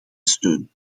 steun